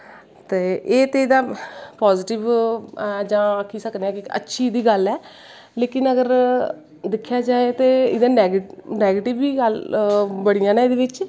एह् ते एह्दा पाजिटिव ऐ जां आक्खी सकने आं अच्ची दी गल्ल ऐ लेकिन अगर दिक्खेआ जाए ते एह्दा नैगटिव बी गल्ल बड़ियां नै एह्दे बिच्च